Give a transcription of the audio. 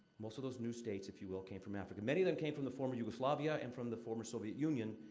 most of those new states, if you will, came from africa. many of them came from the former yugoslavia and from the former soviet union,